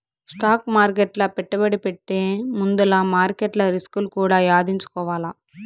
stock మార్కెట్ల పెట్టుబడి పెట్టే ముందుల మార్కెట్ల రిస్కులు కూడా యాదించుకోవాల్ల